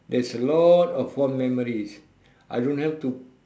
there's a lot of fond memories I don't have to